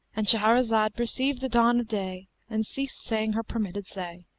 and shahrazad perceived the dawn of day and ceased saying her permitted say.